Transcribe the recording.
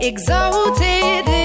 Exalted